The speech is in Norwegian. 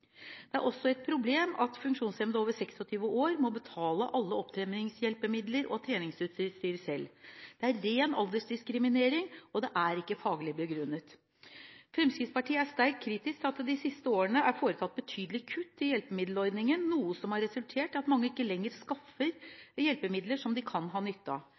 Det er også et problem at funksjonshemmede over 26 år må betale alle opptreningshjelpemidler og treningsutstyr selv. Det er en ren aldersdiskriminering, og det er ikke faglig begrunnet. Fremskrittspartiet er sterkt kritiske til at det de siste årene er foretatt betydelige kutt i hjelpemiddelordningen, noe som har resultert i at mange ikke lenger anskaffer hjelpemidler som de kan ha nytte av.